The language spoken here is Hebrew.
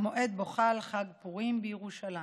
המועד שבו חל חג הפורים בירושלים.